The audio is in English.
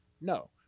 no